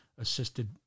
assisted